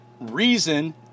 reason